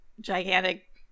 Gigantic